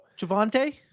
Javante